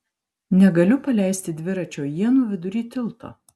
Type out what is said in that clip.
negaliu paleisti dviračio ienų vidury tilto